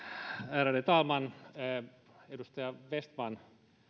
ärade talman edustaja vestman